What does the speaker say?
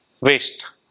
waste